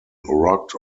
rocked